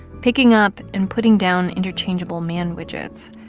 picking up and putting down interchangeable man widgets,